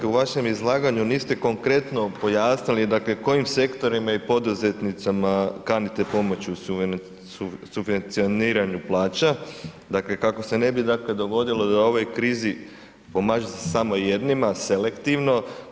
U vašem izlaganju niste konkretno pojasnili kojim sektorima i poduzetnicima kanite pomoći u subvencioniranju plaća, dakle kako se ne bi dogodilo da u ovoj krizi pomaže se samo jednima selektivno.